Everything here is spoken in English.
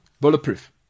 Bulletproof